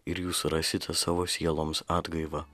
ir jūs surasite savo sieloms atgaivą